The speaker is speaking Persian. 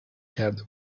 کرده